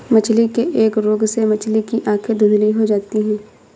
मछली के एक रोग से मछली की आंखें धुंधली हो जाती है